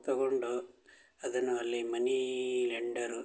ತಗೊಂಡು ಅದನ್ನು ಅಲ್ಲಿ ಮನೀ ಲೆಂಡರು